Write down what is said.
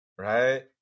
right